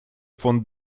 фон